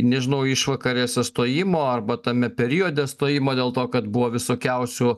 nežinau išvakarėse stojimo arba tame periode stojimo dėl to kad buvo visokiausių